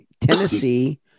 Tennessee